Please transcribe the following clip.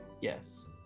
Yes